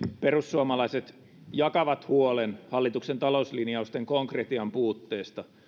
perussuomalaiset jakavat huolen hallituksen talouslinjausten konkretian puutteesta